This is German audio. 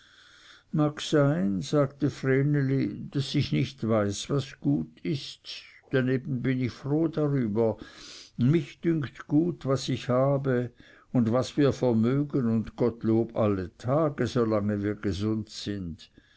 mag sein sagte vreneli daß ich nicht weiß was gut ist daneben bin ich froh darüber mich dünkt gut was ich habe und was wir vermögen und gottlob alle tage solange wir gesund sind